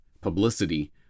publicity